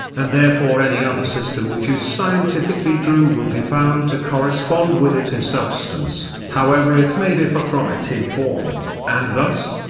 and therefore any other system which is scientifically true will be found to correspond with it in substance, however it may differ from it in form and thus,